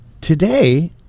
today